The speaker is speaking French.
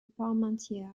parmentier